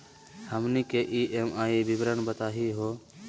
हमनी के ई.एम.आई के विवरण बताही हो?